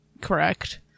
correct